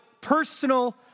personal